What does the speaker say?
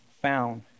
found